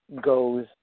goes